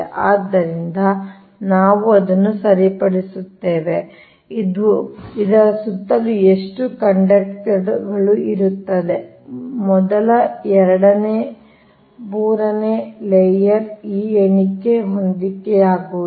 ಆದ್ದರಿಂದ ನಾವು ಅದನ್ನು ಸರಿಪಡಿಸುತ್ತೇವೆ ಇದರ ಸುತ್ತಲೂ ಎಷ್ಟು ಕಂಡಕ್ಟರ್ಗಳು ಇರುತ್ತದೆ Refer slide time 2558 ಮೊದಲ ಎರಡನೇ ಮೂರನೇ ಲೇಯರ್ ಈ ಎಣಿಕೆ ಹೊಂದಿಕೆಯಾಗುವುದಿಲ್ಲ